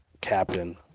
captain